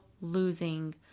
losing